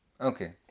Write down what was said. Okay